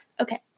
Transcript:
Okay